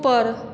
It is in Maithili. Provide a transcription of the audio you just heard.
उपर